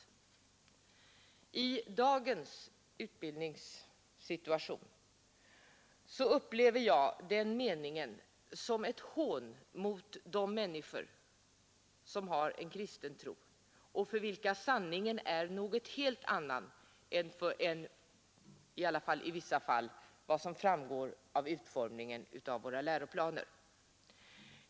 I dagens utbildningssituation upplever jag därför den citerade meningen som ett hån mot de människor som har en kristen tro och för vilka sanningen är något helt annat än vad som i vissa fall framgår av utformningen av våra läroplaner.